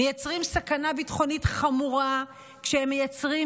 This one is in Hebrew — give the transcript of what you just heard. הם מייצרים סכנה ביטחונית חמורה כשהם מייצרים